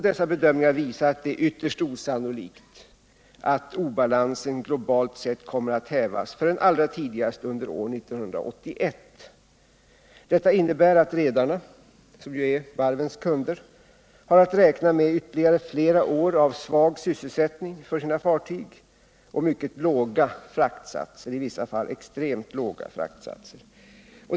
Dessa bedömningar visar att det är ytterst osannolikt att obalansen globalt sett kommer att hävas förrän allra tidigast under år 1981. Detta innebär att redarna, som ju är varvens kunder, har att räkna med ytterligare flera år av svag sysselsättning för sina fartyg och mycket låga fraktsatser, i vissa fall extremt låga fraktsatser.